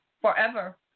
forever